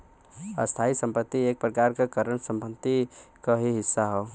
स्थायी संपत्ति एक प्रकार से करंट संपत्ति क ही हिस्सा हौ